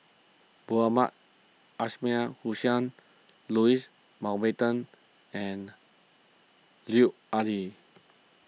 Mohamed Ismail Hussain Louis Mountbatten and Lut Ali